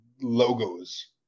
logos